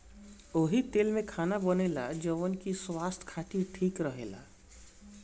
ओही तेल में खाना बनेला जवन की स्वास्थ खातिर ठीक रहेला